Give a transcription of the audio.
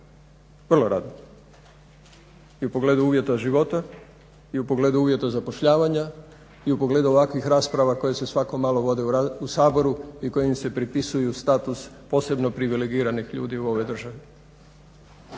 vrlo rado. I u pogledu uvjeta života i u pogledu uvjeta zapošljavanja i u pogledu ovakvih rasprava koje se svako malo vode u Saboru i kojim im se prepisuju status posebno privilegiranih ljudi u ovoj državi.